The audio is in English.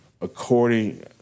according